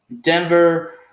Denver